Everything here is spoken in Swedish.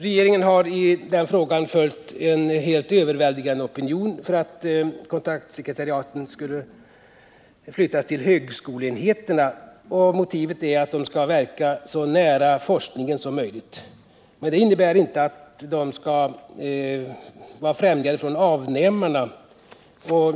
Regeringen har i den frågan följt en helt överväldigande opinion för att kontaktsekretariaten flyttas till högskoleenheterna. Motivet är att de skall verka så nära forskningen som möjligt. Men det innebär inte att de skall vara fjärmade från avnämarna.